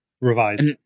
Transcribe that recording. Revised